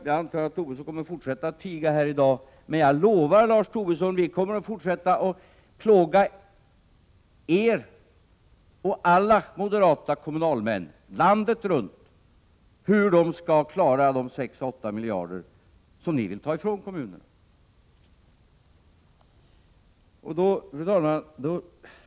Jag antar att Lars Tobisson kommer att fortsätta att tiga här, men jag lovar honom att vi kommer att fortsätta att plåga er och alla moderata kommunalmän landet runt med frågan, hur ni skall klara de 6 å 8 miljarder som ni vill ta ifrån kommunerna. Fru talman!